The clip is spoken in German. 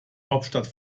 hauptstadt